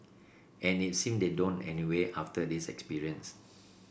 and it seem they don't anyway after this experience